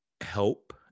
help